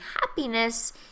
happiness